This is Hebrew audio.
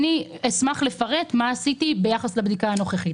אשמח לפרט מה עשיתי ביחס לבדיקה הנוכחית.